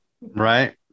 Right